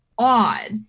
odd